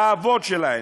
לאבות שלהן?